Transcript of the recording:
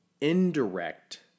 indirect